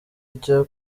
ijya